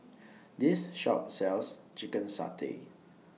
This Shop sells Chicken Satay